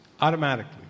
Automatically